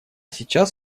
сейчас